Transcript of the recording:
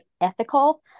ethical